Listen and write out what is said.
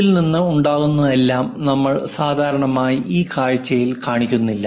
ഇതിൽ നിന്ന് ഉണ്ടാകുന്നതെല്ലാം നമ്മൾ സാധാരണയായി ഈ കാഴ്ചയിൽ കാണിക്കുന്നില്ല